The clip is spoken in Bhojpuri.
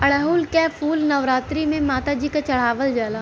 अढ़ऊल क फूल नवरात्री में माता जी के चढ़ावल जाला